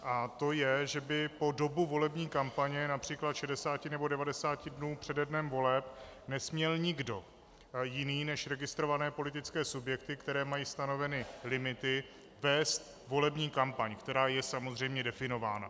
A to je, že by po dobu volební kampaně, např. 60 nebo 90 dnů přede dnem voleb, nesměl nikdo jiný než registrované politické subjekty, které mají stanoveny limity, vést volební kampaň, která je samozřejmě definována.